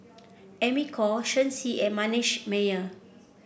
Amy Khor Shen Xi and Manasseh Meyer